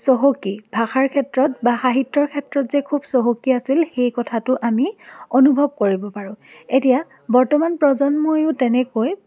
চহকী ভাষাৰ ক্ষেত্ৰত বা সাহিত্যৰ ক্ষেত্ৰত যে চহকী আছিল সেই কথাটো আমি অনুভৱ কৰিব পাৰোঁ এতিয়া বৰ্তমান প্ৰজন্ময়ো তেনেকৈ